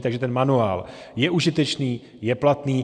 Takže ten manuál je užitečný, je platný.